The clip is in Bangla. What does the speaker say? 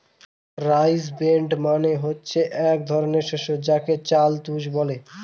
রাইস ব্রেন মানে হচ্ছে এক ধরনের শস্য যাকে চাল তুষ বলে